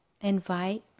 invite